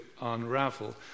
unravel